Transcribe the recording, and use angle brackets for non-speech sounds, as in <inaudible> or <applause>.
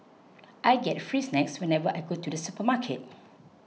<noise> I get free snacks whenever I go to the supermarket